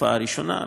והתקופה הראשונה,